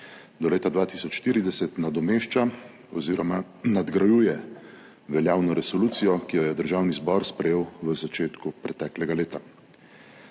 do leta 2040 nadomešča oziroma nadgrajuje veljavno resolucijo, ki jo je Državni zbor sprejel v začetku preteklega leta.